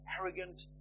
arrogant